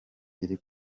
iri